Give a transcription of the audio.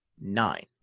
nine